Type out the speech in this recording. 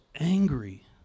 angry